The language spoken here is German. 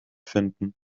finden